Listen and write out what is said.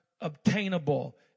obtainable